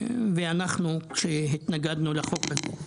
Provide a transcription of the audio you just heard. ואנחנו, כשהתנגדנו לחוק הזה.